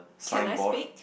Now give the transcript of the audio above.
can I speak